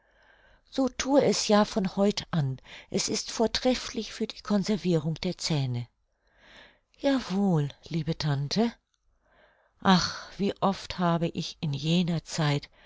so thue es ja von heut an es ist vortrefflich für die conservirung der zähne ja wohl liebe tante ach wie oft habe ich in jener zeit